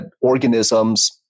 organisms